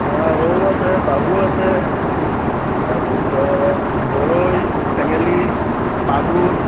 আ ৰৌ আছে বাহু আছে তাৰপিছত গৰৈ চেঙেলি মাগুৰ